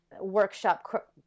workshop